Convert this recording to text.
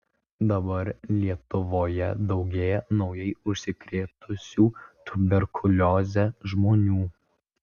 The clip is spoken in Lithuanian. dabar lietuvoje daugėja naujai užsikrėtusių tuberkulioze žmonių